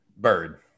Bird